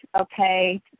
okay